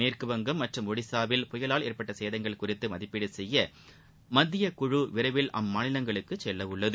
மேற்குவங்கம் மற்றும் ஒடிசாவில் புயலால் ஏற்பட்ட சேதங்கள் குறித்து மதிப்பீடு செய்ய மத்திய குழு விரைவில் அம்மாநிலங்களுக்கு செல்ல உள்ளது